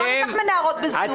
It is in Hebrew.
לא ניקח מנערות בזנות.